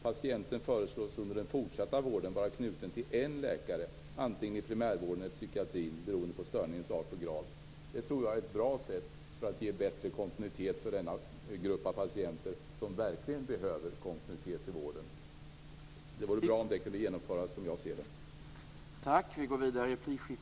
Patienten föreslås under den fortsatta vården vara knuten till en läkare antingen i primärvården eller psykiatrin, beroende på störningens art och grad. Det tror jag är ett bra sätt att ge denna grupp av patienter bättre kontinuitet. De behöver verkligen kontinuitet i vården. Det vore bra om det kunde genomföras, som jag ser det.